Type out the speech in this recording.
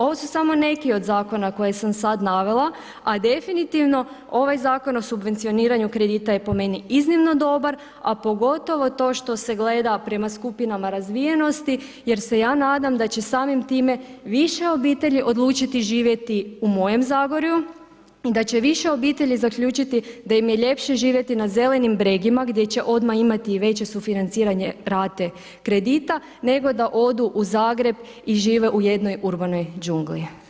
Ovo su samo neki od zakona koje sam sad navela, a definitivno ovaj Zakon o subvencioniranju kredita je po meni iznimno dobar, a pogotovo to što se gleda prema skupinama razvijenosti jer se ja nadam da će samim time više obitelji odlučiti živjeti u mojem Zagorju i da će više obitelji zaključiti da im je ljepše živjeti na zelenim bregima gdje će odmah imati i veće sufinanciranje rate kredita, nego da odu u Zagreb i žive u jednoj urbanoj džungli.